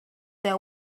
that